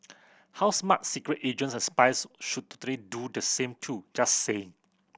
how smart secret agents and spies should do the same too just saying